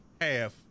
half